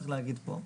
צריך להגיד פה,